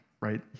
right